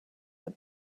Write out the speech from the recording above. that